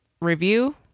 review